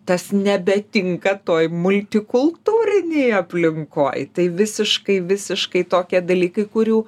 tas nebetinka toj multikultūrinėj aplinkoje tai visiškai visiškai tokie dalykai kurių